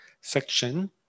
section